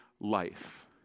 life